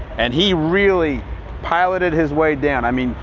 and he really piloted his way down. i mean,